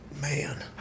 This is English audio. man